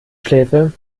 schläfe